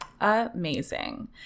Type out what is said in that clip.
Amazing